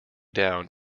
down